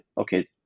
okay